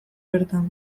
bertan